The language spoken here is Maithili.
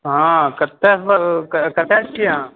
हँ कतय घर कतय छी अहाँ